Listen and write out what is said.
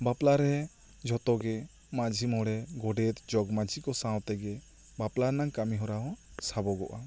ᱵᱟᱯᱞᱟ ᱨᱮ ᱡᱚᱛᱚ ᱜᱮ ᱢᱟᱹᱡᱷᱤ ᱢᱚᱬᱮ ᱜᱚᱰᱮᱛ ᱡᱚᱜ ᱢᱟᱹᱡᱷᱤ ᱠᱚ ᱥᱟᱶ ᱛᱮ ᱜᱮ ᱵᱟᱯᱞᱟ ᱨᱮᱱᱟᱜ ᱠᱟ ᱢᱤ ᱦᱚᱨᱟ ᱦᱚᱸ ᱥᱟᱵᱚᱜᱚᱜᱼᱟ